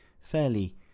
fairly